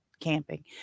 camping